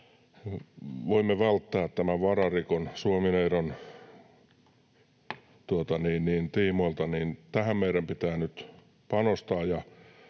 voimme välttää vararikon Suomi-neidon tiimoilta, meidän pitää nyt panostaa.